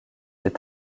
est